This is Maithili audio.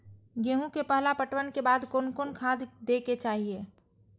गेहूं के पहला पटवन के बाद कोन कौन खाद दे के चाहिए?